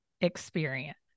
experience